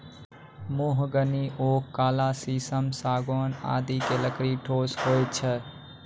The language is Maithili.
महोगनी, ओक, काला शीशम, सागौन आदि के लकड़ी ठोस होय छै